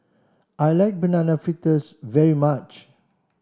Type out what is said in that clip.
I like banana fritters very much